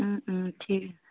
ঠিক